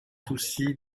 soucis